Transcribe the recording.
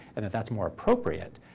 and that that's more appropriate.